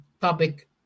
topic